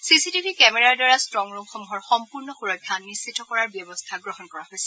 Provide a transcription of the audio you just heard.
C C T V কেমেৰাৰ দ্বাৰা strong ৰুমসমূহৰ সম্পূৰ্ণ সুৰক্ষা নিশ্চিত কৰাৰ ব্যৱস্থা গ্ৰহণ কৰা হৈছে